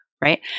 right